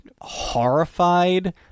horrified